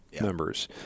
members